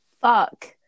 Fuck